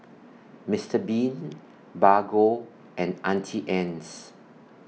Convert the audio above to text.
Mister Bean Bargo and Auntie Anne's